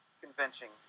Conventions